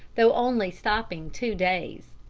though only stopping two days.